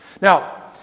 Now